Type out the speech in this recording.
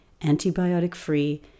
antibiotic-free